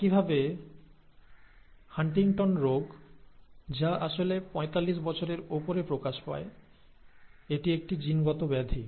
একইভাবে হান্টিংটন রোগ Huntington's disease যা আসলে পঁয়তাল্লিশ বছরের উপরে প্রকাশ পায় এটি একটি জিনগত ব্যাধি